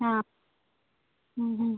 ആ